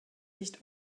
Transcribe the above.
wicht